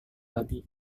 babi